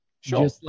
Sure